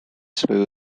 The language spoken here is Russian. свою